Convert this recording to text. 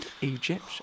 Egypt